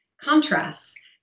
contrasts